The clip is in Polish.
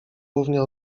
równie